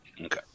Okay